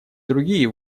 другие